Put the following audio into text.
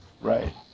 Right